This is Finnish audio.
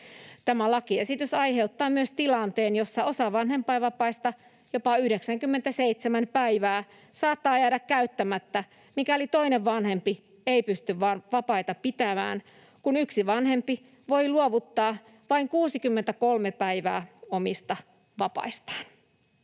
Tämä lakiesitys aiheuttaa myös tilanteen, jossa osa vanhempainvapaista, jopa 97 päivää, saattaa jäädä käyttämättä, mikäli toinen vanhempi ei pysty vapaita pitämään, kun yksi vanhempi voi luovuttaa vain 63 päivää omista vapaistaan.